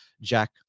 jack